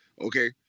Okay